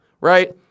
right